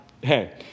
Hey